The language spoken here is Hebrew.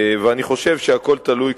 ואני חושב שהכול תלוי,